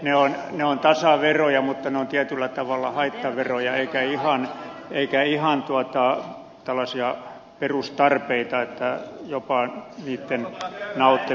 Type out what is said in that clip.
ne ovat tasaveroja mutta ne ovat tietyllä tavalla haittaveroja eivätkä koske ihan tällaisia perustarpeita ja jopa sitten nautin